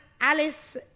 Alice